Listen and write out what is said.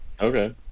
Okay